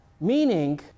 meaning